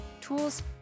tools